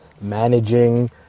managing